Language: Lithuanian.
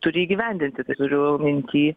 turi įgyvendinti tai turiu minty